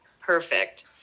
perfect